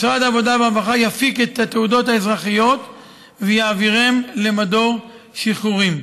משרד העבודה והרווחה יפיק את התעודות האזרחיות ויעבירם למדור שחרורים.